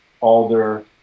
Alder